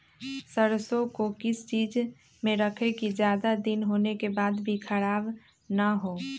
सरसो को किस चीज में रखे की ज्यादा दिन होने के बाद भी ख़राब ना हो?